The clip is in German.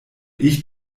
ich